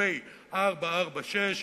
פ/446,